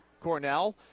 Cornell